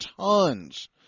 Tons